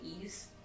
ease